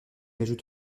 ajoute